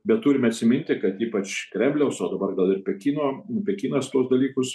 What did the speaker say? bet turime atsiminti kad ypač kremliaus o dabar gal ir pekino pekinas tuos dalykus